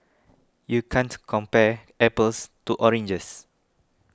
you can't compare apples to oranges